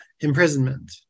imprisonment